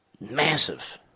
Massive